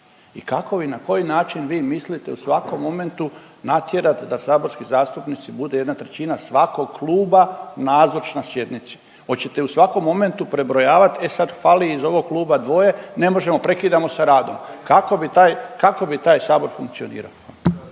i kako i na koji način vi mislite u svakom momentu natjerat da saborski zastupnici bude jedna trećina svakog kluba nazočna sjednici? Hoćete u svakom momentu prebrojavat e sad fali iz ovog kluba dvoje ne možemo prekidamo sa radom kako bi taj Sabor funkcionirao?